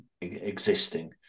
existing